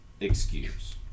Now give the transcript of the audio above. excuse